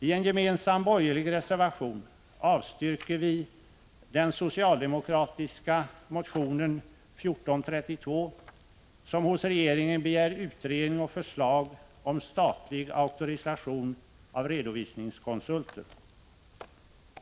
I en gemensam borgerlig reservation avstyrker vi den socialdemokratiska motionen 1984/85:1432, i vilken man hos regeringen begär utredning och förslag om statlig auktorisation av redovisningskonsulter.